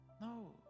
No